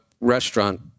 restaurant